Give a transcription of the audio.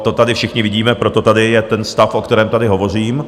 To tady všichni vidíme, proto tady je ten stav, o kterém tady hovořím.